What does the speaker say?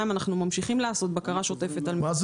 ב', אנחנו ממשיכים לעשות בקרה שוטפת, ו-ג',